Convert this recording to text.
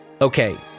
Okay